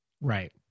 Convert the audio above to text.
Right